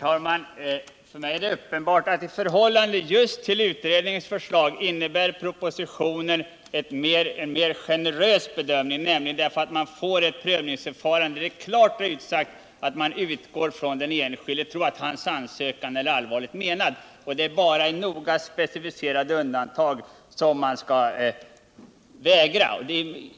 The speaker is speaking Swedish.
Herr talman! För mig är det uppenbart att propositionen, i förhållande till just utredningens förslag, innebär en mer generös bedömning när det gäller prövningsförfarandet. Det är klart utsagt att man utgår från den enskilde och tror att hans ansökan är allvarligt menad. Det är bara i noga specificerade undantag som man inte kan bifalla ansökan.